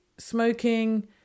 smoking